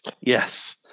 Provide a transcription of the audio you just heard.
Yes